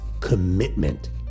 commitment